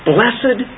Blessed